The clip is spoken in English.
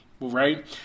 right